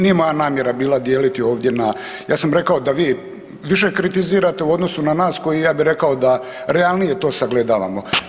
Nije moja namjera bila dijeliti ovdje na, ja sam rekao da vi više kritizirate u odnosu na nas koji, ja bi rekao da realnije to sagledavamo.